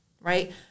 Right